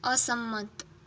અસંમત